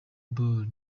ball